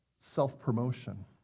self-promotion